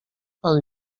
pan